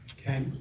Okay